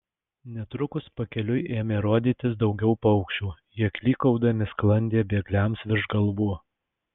netrukus pakeliui ėmė rodytis daugiau paukščių jie klykaudami sklandė bėgliams virš galvų